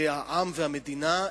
מידי העם והמדינה,